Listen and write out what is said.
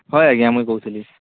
ହଁ ଆଜ୍ଞା ମୁଇଁ କହୁଥିଲି